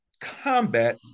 combat